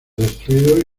destruidos